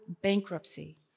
bankruptcy